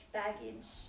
baggage